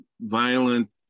violent